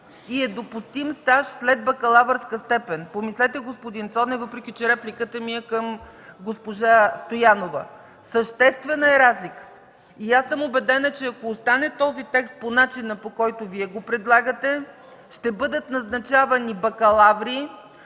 и е допустим стаж след бакалавърска степен. Помислете, господин Цонев, въпреки че репликата ми е към госпожа Стоянова. Съществена е разликата! И аз съм убедена, че ако остане този текст по начина, по който Вие го предлагате, ще бъдат назначавани бакалаври,